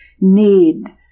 need